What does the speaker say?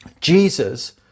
Jesus